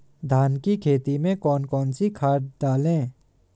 धान की खेती में कौन कौन सी खाद डालें?